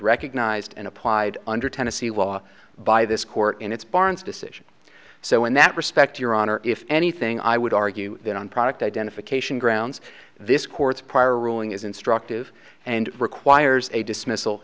recognized and applied under tennessee law by this court in its parents decision so in that respect your honor if anything i would argue that on product identification grounds this court's prior ruling is instructive and requires a dismiss